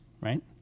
right